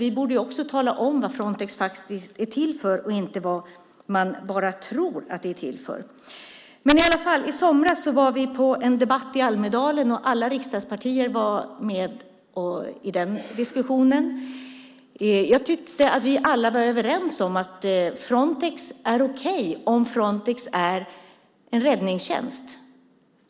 Vi borde tala om vad Frontex är till för så att det inte bara handlar om vad man tror att Frontex är till för. I somras var folk från alla riksdagspartier med i en diskussion i Almedalen. Jag tyckte att vi alla var överens om att Frontex är okej om Frontex är en räddningstjänst.